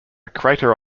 crater